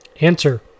Answer